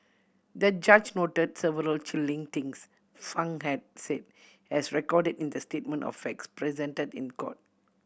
the judge noted several chilling things Fang had said as recorded in the statement of facts presented in court